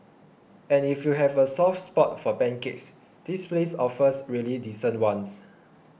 and if you have a soft spot for pancakes this place offers really decent ones